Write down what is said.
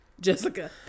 Jessica